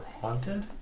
haunted